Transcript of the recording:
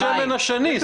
זה נס פך השמן השני.